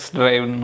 drive